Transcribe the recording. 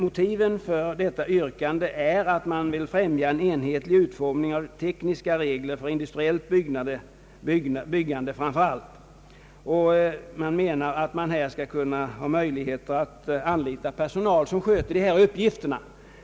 Motivet för detta yrkande är att man vill främja en enhetlig utformning av tekniska regler för framför allt industriellt byggande, och man vill ge det nya verket möjligheter att anställa personal för dessa uppgifter.